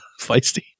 Feisty